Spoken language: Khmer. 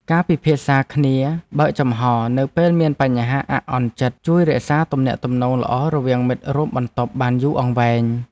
ការពិភាក្សាគ្នាបើកចំហរនៅពេលមានបញ្ហាអាក់អន់ចិត្តជួយរក្សាទំនាក់ទំនងល្អរវាងមិត្តរួមបន្ទប់បានយូរអង្វែង។